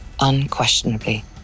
Unquestionably